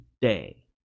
day